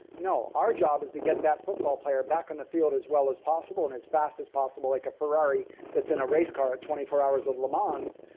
no, our job is to get that football player back on the field as well as possible and as fast as possible, like a ferrari that's in a race car at twenty four hours of le mans,